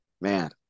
Man